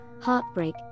heartbreak